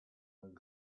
own